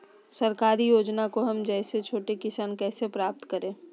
सरकारी योजना को हम जैसे छोटे किसान कैसे प्राप्त करें?